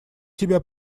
тебя